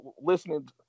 listening